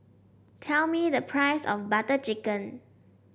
tell me the price of Butter Chicken